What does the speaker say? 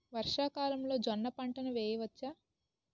వర్షాకాలంలో జోన్న పంటను వేయవచ్చా?